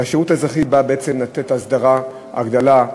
והשירות האזרחי בא בעצם לתת הסדרה, הגדלה,